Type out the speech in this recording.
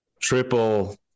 triple